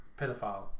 pedophile